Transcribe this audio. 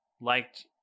liked